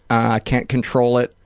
i can't control it,